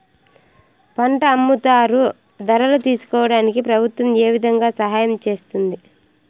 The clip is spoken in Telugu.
పంట అమ్ముతారు ధరలు తెలుసుకోవడానికి ప్రభుత్వం ఏ విధంగా సహాయం చేస్తుంది?